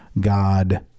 God